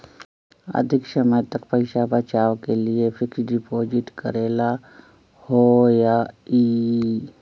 अधिक समय तक पईसा बचाव के लिए फिक्स डिपॉजिट करेला होयई?